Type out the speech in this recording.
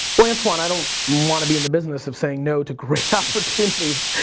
well, antoine, i don't want to be in the business of saying no to great opportunities.